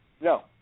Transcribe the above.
no